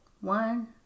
One